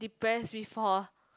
depressed before